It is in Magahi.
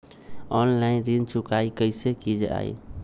ऑनलाइन ऋण चुकाई कईसे की ञाई?